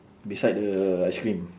beside the ice cream